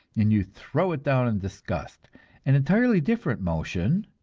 and you throw it down in disgust an entirely different motion,